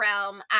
realm